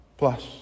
Plus